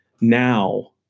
Now